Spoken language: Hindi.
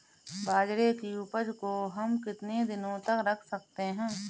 बाजरे की उपज को हम कितने दिनों तक रख सकते हैं?